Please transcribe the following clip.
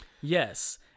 Yes